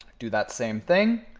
do that same thing.